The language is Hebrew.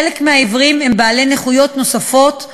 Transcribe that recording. לחלק מהעיוורים נכויות נוספות,